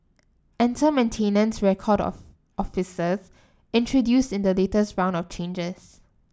enter maintenance record of officers introduced in the latest round of changes